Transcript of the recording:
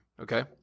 okay